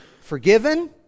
Forgiven